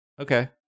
Okay